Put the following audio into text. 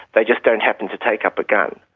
they just don't happen to take up a gun.